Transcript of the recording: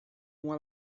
uma